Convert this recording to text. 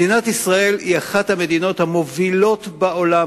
מדינת ישראל היא אחת המדינות המובילות בעולם,